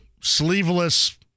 sleeveless